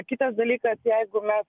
kitas dalykas jeigu mes